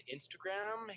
Instagram